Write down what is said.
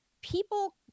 People